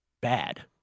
bad